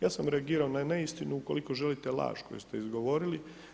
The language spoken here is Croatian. Ja sam reagirao na neistinu, ukoliko želite laž koju ste izgovorili.